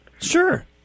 Sure